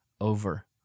over